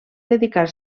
dedicar